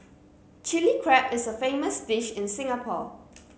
Chilli Crab is a famous dish in Singapore